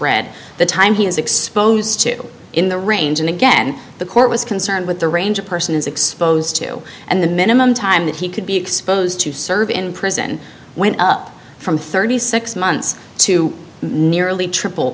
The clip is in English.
read the time he was exposed to in the range and again the court was concerned with the range a person is exposed to and the minimum time that he could be exposed to serve in prison went up from thirty six months to nearly triple